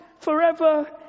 forever